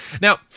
Now